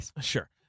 Sure